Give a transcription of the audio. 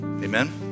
Amen